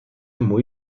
muy